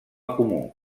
comú